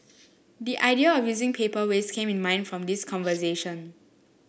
the idea of using paper waste came in my mind from this conversation